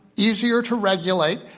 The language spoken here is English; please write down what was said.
easier to regulate,